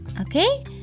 okay